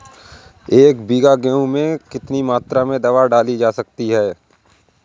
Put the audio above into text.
एक बीघा गेहूँ में कितनी मात्रा में दवा डाली जा सकती है?